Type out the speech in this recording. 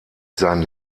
sein